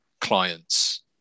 clients